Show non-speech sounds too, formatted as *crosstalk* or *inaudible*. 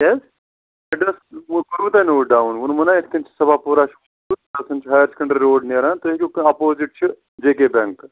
کیٛاہ حظ *unintelligible* ووٚنمو نا یِتھ کٔنۍ چھُ صفا پورا *unintelligible* ہایر سٮ۪کنڈری روڈ نیران *unintelligible* اپوزِٹ چھُ جے کے بیٚنٛک حظ